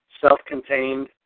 self-contained